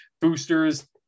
boosters